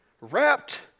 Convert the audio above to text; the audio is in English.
wrapped